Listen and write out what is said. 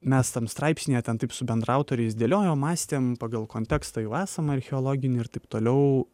mes tam straipsnyje ten taip su bendraautoriais dėliojom mąstėm pagal kontekstą jau esamą archeologinį ir taip toliau